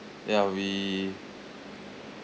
ya we